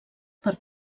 per